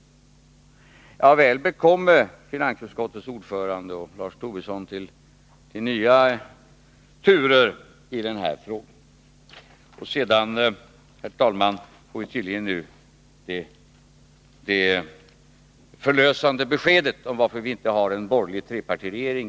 Väl bekomme, finansutskottets ordförande och Lars Tobisson, med tanke på de nya turerna i den här frågan. Sedan, herr talman, vill jag bara säga att vi tydligen nu får det förlösande beskedet om varför vi inte i morgon har en borgerlig trepartiregering.